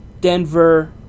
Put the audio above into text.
Denver